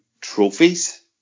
trophies